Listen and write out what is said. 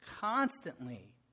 constantly